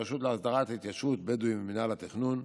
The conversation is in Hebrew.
הרשות להסדרת התיישבות בדואים ומינהל התכנון.